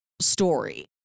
story